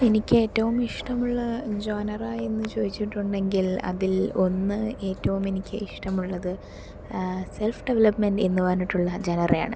എനിക്ക് ഏറ്റവും ഇഷ്ട്ടമുള്ള ജോണർ എന്ന് ചോദിച്ചിട്ടുണ്ടെങ്കിൽ അതിൽ ഒന്ന് ഏറ്റവും എനിക്ക് ഇഷ്ടമുള്ളത് സെൽഫ് ഡെവലൊപ്മെന്റ് എന്ന് പറഞ്ഞിട്ടുള്ള ജെനറായാണ് അതിൽ